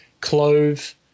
clove